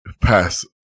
pass